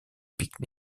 pique